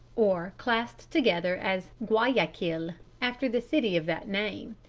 or classed together as guayaquil after the city of that name.